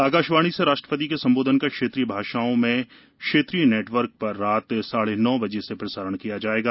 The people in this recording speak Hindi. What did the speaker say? आकाशवाणी से राष्ट्रपति के संबोधन का क्षेत्रीय भाषाओं में क्षेत्रीय नेटवर्क पर रात साढ़े नौ बजे से प्रसारण किया जायेगा